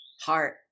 heart